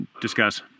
discuss